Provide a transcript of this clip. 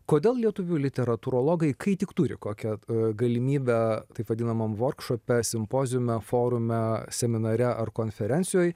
kodėl lietuvių literatūrologai kai tik turi kokią galimybę taip vadinamam vorkšope simpoziume forume seminare ar konferencijoj